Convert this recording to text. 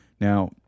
Now